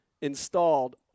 installed